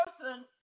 person